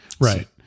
Right